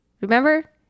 Remember